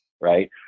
right